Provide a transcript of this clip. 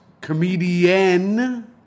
comedian